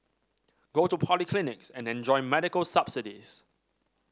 go to polyclinics and enjoy medical subsidies